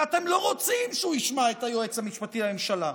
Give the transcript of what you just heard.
כי אתם לא רוצים שהוא ישמע את היועץ המשפטי לממשלה.